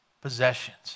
possessions